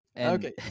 Okay